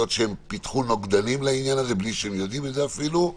שהם פיתחו נוגדנים לעניין הזה מבלי שהם יידעו מזה אפילו.